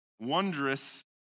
wondrous